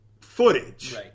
footage